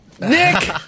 Nick